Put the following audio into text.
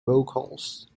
vocals